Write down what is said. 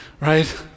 Right